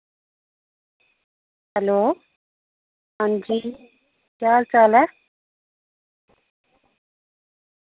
hello अंजी केह् हाल चाल ऐ